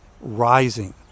rising